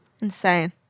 Insane